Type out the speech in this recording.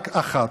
רק אחת,